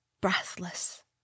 breathless